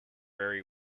vary